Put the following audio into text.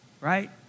Right